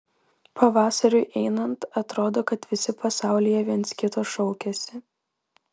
pavasariui einant atrodo kad visi pasaulyje viens kito šaukiasi